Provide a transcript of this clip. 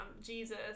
Jesus